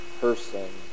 person